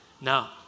Now